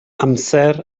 amser